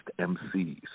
MCs